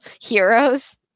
heroes